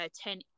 ten